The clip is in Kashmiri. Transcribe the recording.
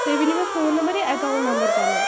تُہۍ ؤنِوٗ مےٚ فون نمبر یا ایکاوُنٛٹ نمبر پَنُن